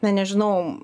na nežinau